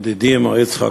ידידי מר יצחק